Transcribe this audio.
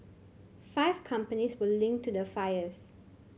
five companies were linked to the fires